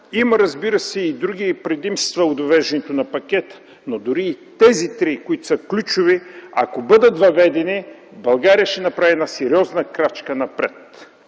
Разбира се, има и други предимства от въвеждането на пакета, но дори и тези три, които са ключови, ако бъдат въведени, България ще направи сериозна крачка напред.